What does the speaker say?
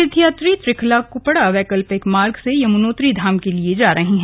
तीर्थयात्री त्रिखला कुपड़ा वैकल्पिक मार्ग से यमुनोत्री धाम के लिए जा रहे हैं